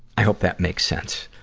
i hope that makes sense.